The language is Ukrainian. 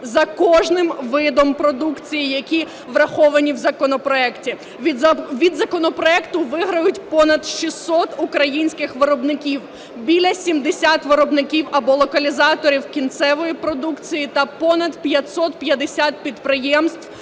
за кожним видом продукції, які враховані в законопроекті. Від законопроекту виграють понад 600 українських виробників, біля 70 виробників або локалізаторів кінцевої продукції та понад 550 підприємств-виробників